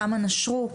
כמה נשרו,